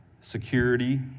security